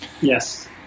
yes